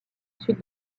sud